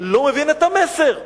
לא מבין את המסר.